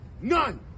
None